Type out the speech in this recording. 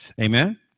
Amen